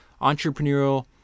entrepreneurial